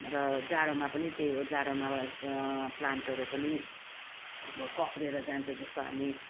र जाडोमा पनि त्यही हो जाडोमा प्लान्टहरू पनि अब कक्रिएर जान्छ जस्तो हामी